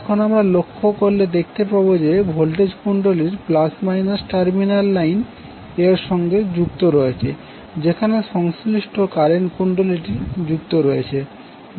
এখন আমরা লক্ষ্য করলে দেখতে পাবো যে ভোল্টেজ কুণ্ডলীর প্লাস মাইনাস টার্মিনাল লাইন এর সঙ্গে যুক্ত রয়েছে যেখানে সংশ্লিষ্ট কারেন্ট কুণ্ডলীটি যুক্ত রয়েছে